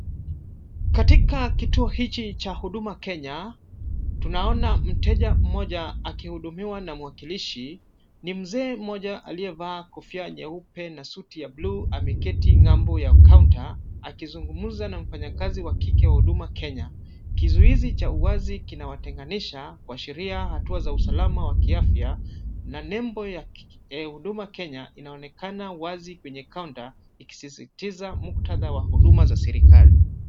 Katika kituo hiki cha huduma kenya tunaona mteja mmoja akihudumiwa na mwakilishi. Ni mzee mmoja aliyevaa kofia nyeupe na suti ya blue ameketi ng'ambo ya counter akizungumza na mfanyakazi wa kike wa huduma Kenya. Kizuizi cha uwazi kinawatenganisha kwa sheria hatua za usalama wa kiafya na nembo ya huduma Kenya inaonekana wazi kwenye counter ikisisitiza muktadha wa huduma za serikali.